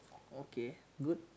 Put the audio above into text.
okay good